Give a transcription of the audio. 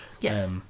Yes